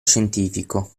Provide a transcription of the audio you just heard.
scientifico